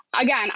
again